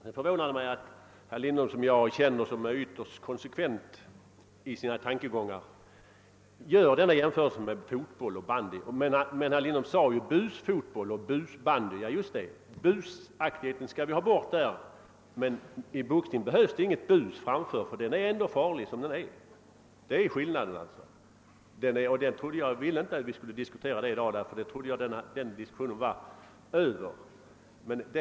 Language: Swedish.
Det förvånade mig att herr Lindholm, som jag känner såsom ytterst logisk i sina tankegångar, gör denna jämförelse med busfotboll, busbandy och bushockey. Busaktigheten inom dessa sportgrenar skall vi försöka få bort, men inom boxningen hjälper det inte eftersom boxningen är farlig som den är i sin normala, regelrätta utövning. Det är skillnaden. Jag ville inte att vi i dag skulle diskutera boxningen som sådan då jag trodde att den diskussionen var slutförd.